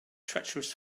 treacherous